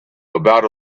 about